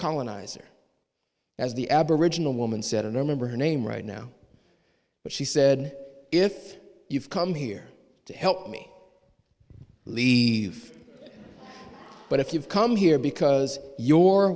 colonizer as the aboriginal woman said a number her name right now but she said if you've come here to help me leave but if you've come here because you